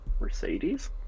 Mercedes